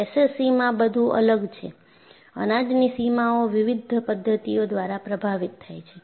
SCCમાં બધું અલગ છે અનાજની સીમાઓ વિવિધ પદ્ધતિઓ દ્વારા પ્રભાવિત થાય છે